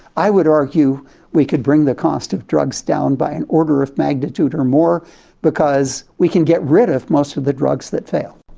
i would argue we could bring the cost of drugs down by an order of magnitude or more because we can get rid of most of the drugs that fail.